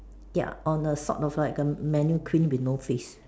ya on a sort of like a mannequin with no face